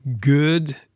good